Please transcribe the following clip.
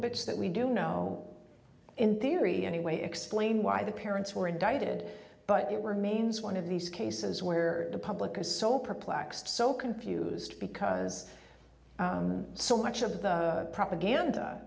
bits that we do know in theory anyway explain why the parents were indicted but it remains one of these cases where the public is so perplexed so confused because so much of the propaganda